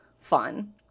fun